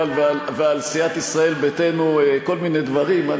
ועל סיעת ישראל ביתנו כל מיני דברים,